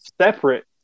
separate